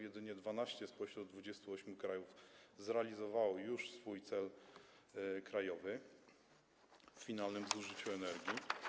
Jedynie 12 spośród 28 krajów zrealizowało już swój cel krajowy w finalnym zużyciu energii.